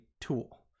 tool